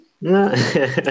no